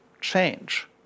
change